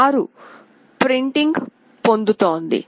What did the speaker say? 6 printing పొందుతోంది